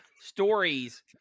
stories